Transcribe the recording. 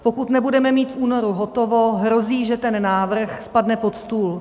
Pokud nebudeme mít v únoru hotovo, hrozí, že ten návrh spadne pod stůl.